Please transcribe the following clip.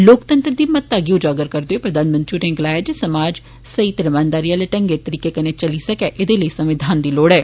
लोकतंत्र दी महता गी उजागर करदे होई प्रधानमंत्री होरें गलाया जे समाज सेई ते रमानदारी आले ढंग तरीके कन्नै चली सकै एदे लेई संविधान दी लोड़ ऐ